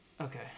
Okay